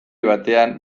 batean